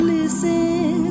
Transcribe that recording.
Listen